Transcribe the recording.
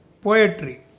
poetry